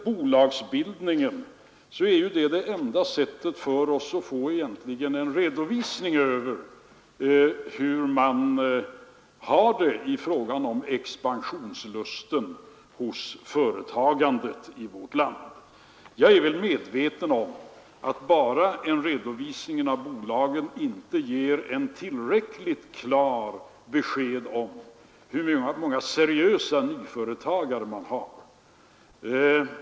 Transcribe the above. Bolagsbildningen är ju det enda sättet för oss att få en egentlig redovisning av hur man har det i fråga om expansionslusten hos företagandet i vårt land. Jag är väl medveten om att bara en redovisning av bolagen inte ger ett tillräckligt klart besked om hur många seriösa nyföretagare det finns.